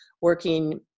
working